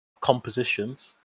compositions